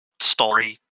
story